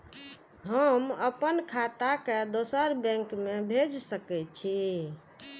हम आपन खाता के दोसर बैंक में भेज सके छी?